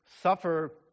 suffer